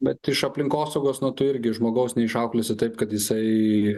bet iš aplinkosaugos nu tu irgi žmogaus neišauklėsi taip kad jisai